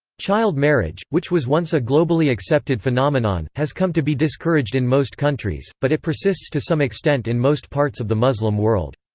child marriage, which was once a globally accepted phenomenon, has come to be discouraged in most countries, but it persists to some extent in most parts of the muslim world.